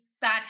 bad